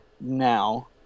now